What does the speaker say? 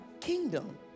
kingdom